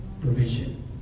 Provision